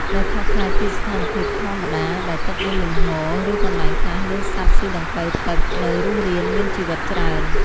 ដែលខុសប្លែកពីស្ថានភាពធម្មតាដែលទឹកមានលំហូរ ឬកន្លែងខ្លះមានសត្វស៊ីដង្កូវទឹកនៅរស់រានមានជីវិតច្រើន។